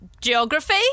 Geography